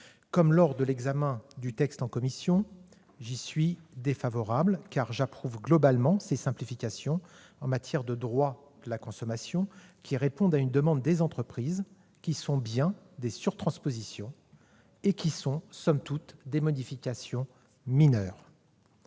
Comme lors de l'examen du texte en commission, j'y suis défavorable, car j'approuve globalement ces simplifications en matière de droit de la consommation, qui répondent à une demande des entreprises, s'agissant de cas de surtranspositions avérés, et qui représentent, somme toute, des modifications mineures.